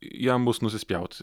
jam bus nusispjaut